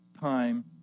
time